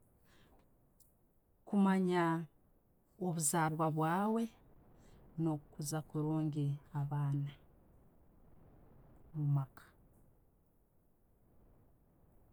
Kumanya obuzarwa bwaawe, no'kukuuza kurungi abaana omumaaka.